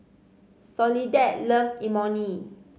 Soledad loves Imoni